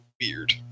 weird